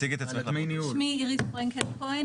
שמי אירס פרנקל כהן,